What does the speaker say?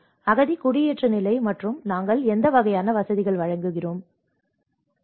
அகதி குடியேற்ற நிலை மற்றும் நாங்கள் எந்த வகையான வசதிகளை வழங்குகிறோம் இல்லை